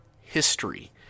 history